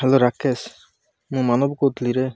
hello Rakesh ମୁଁ ମାନବ କହୁଥିଲିରେ